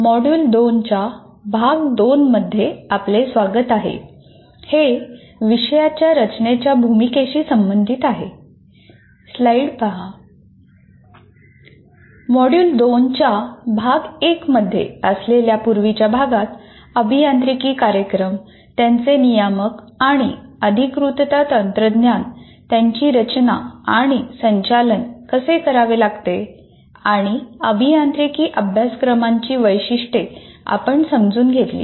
module २ च्या भाग 1 मध्ये असलेल्या पूर्वीच्या भागात अभियांत्रिकी कार्यक्रम त्यांचे नियामक आणि अधिकृतता तंत्रज्ञान त्यांची रचना आणि संचालन कसे करावे लागते आणि अभियांत्रिकी अभ्यासक्रमांची वैशिष्ट्ये आपण समजून घेतली